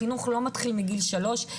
החינוך לא מתחיל מגיל שלוש,